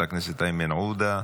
חבר הכנסת איימן עודה,